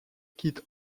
quitte